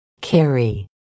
Carry